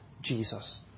Jesus